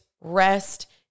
rest